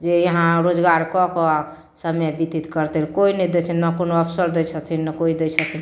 जे इहाँ रोजगार कऽ कऽ समय व्यतीत करतै कोइ नहि दै छथिन ने अफसर दै छथिन ने कोइ दै छथिन